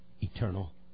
eternal